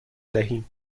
دهیم